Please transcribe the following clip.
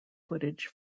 footage